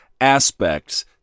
aspects